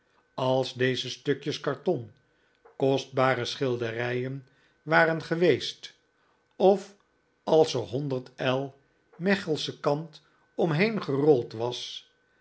als deze stukjes karton kostbare schilderijen waren geweest of als er honderd el mechelsche kant omheen gerold was